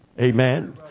Amen